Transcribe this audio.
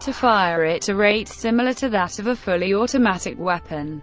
to fire at a rate similar to that of a fully automatic weapon.